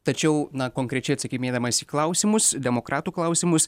tačiau na konkrečiai atsakinėdamas į klausimus demokratų klausimus